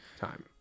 time